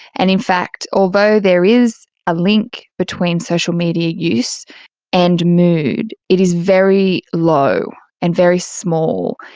and in fact although there is a link between social media use and mood, it is very low and very small.